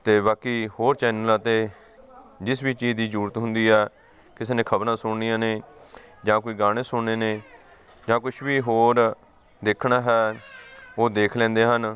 ਅਤੇ ਬਾਕੀ ਹੋਰ ਚੈਨਲਾਂ 'ਤੇ ਜਿਸ ਵੀ ਚੀਜ਼ ਦੀ ਜ਼ਰੂਰਤ ਹੁੰਦੀ ਹੈ ਕਿਸੇ ਨੇ ਖਬਰਾਂ ਸੁਣਨੀਆਂ ਨੇ ਜਾਂ ਕੋਈ ਗਾਣੇ ਸੁਣਨੇ ਨੇ ਜਾਂ ਕੁਛ ਵੀ ਹੋਰ ਦੇਖਣਾ ਹੈ ਉਹ ਦੇਖ ਲੈਂਦੇ ਹਨ